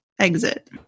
Exit